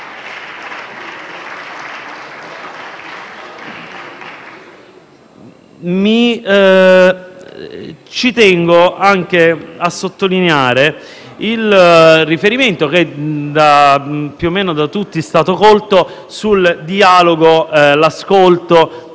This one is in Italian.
Ci tengo anche a sottolineare il riferimento, che più o meno da tutti è stato fatto, al dialogo, all'ascolto